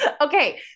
Okay